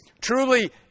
truly